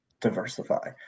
Diversify